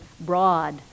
broad